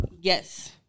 Yes